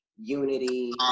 unity